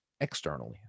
externally